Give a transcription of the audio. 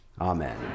amen